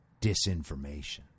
disinformation